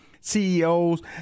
CEOs